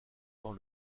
dans